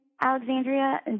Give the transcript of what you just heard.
Alexandria